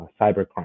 cybercrime